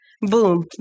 Boom